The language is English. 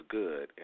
good